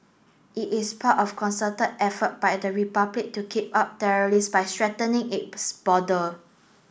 it is part of a concerted effort by the Republic to keep out terrorists by strengthening its border